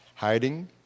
hiding